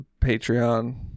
Patreon